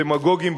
דמגוגיים,